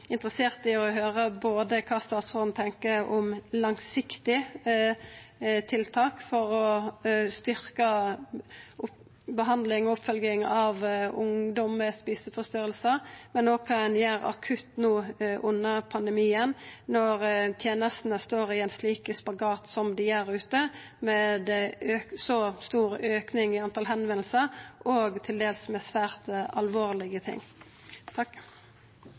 interessert i å høyra kva statsråden tenkjer om langsiktige tiltak for å styrkja behandling og oppfølging av ungdom med eteforstyrringar, men òg kva ein gjer akutt no under pandemien når tenestene står i ein slik spagat som dei gjer der ute, med ein så stor auke i talet på dei som tar kontakt, og der det gjeld til dels svært alvorlege ting.